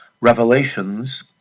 revelations